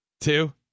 two